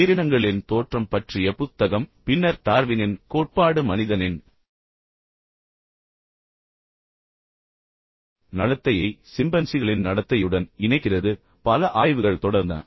உயிரினங்களின் தோற்றம் பற்றிய புத்தகம் பின்னர் டார்வினின் கோட்பாடு மனிதனின் நடத்தையை சிம்பன்சிகளின் நடத்தையுடன் இணைக்கிறது பின்னர் பல ஆய்வுகள் தொடர்ந்தன